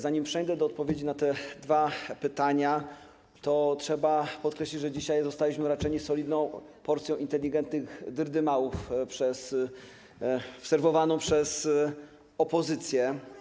Zanim przejdę do odpowiedzi na te dwa pytania, to trzeba podkreślić, że dzisiaj zostaliśmy uraczeni solidną porcją inteligentnych dyrdymałów serwowaną przez opozycję.